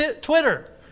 Twitter